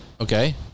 okay